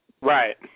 Right